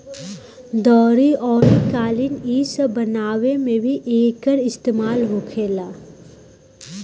दरी अउरी कालीन इ सब बनावे मे भी एकर इस्तेमाल होखेला